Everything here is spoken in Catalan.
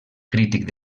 crític